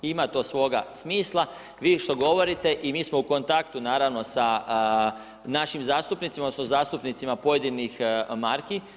Ima to svoga smisla vi što govorite i mi smo u kontaktu naravno sa našim zastupnicima, odnosno zastupnicima pojedinih marki.